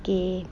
K